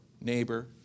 neighbor